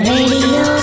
Radio